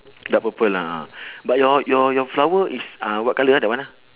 dark purple a'ah but your your your flower is uh what colour ah that one ah